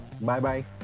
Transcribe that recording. bye-bye